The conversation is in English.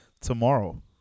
tomorrow